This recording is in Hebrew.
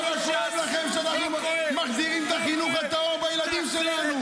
אבל כואב לכם שאנחנו מחדירים את החינוך הטוב בילדים שלנו.